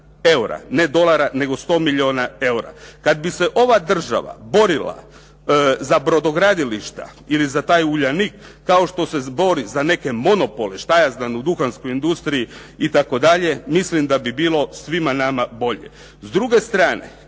eura, ne dolara nego 100 milijuna eura. Kad bi se ova država borila za brodogradilišta ili za taj "Uljanik" kao što se bori za neke monopole u duhanskoj industriji itd. mislim da bi bilo svima nama bolje.